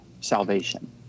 salvation